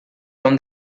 from